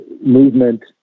movement